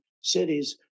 cities